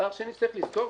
דבר שני שצריך לזכור,